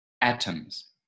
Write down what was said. atoms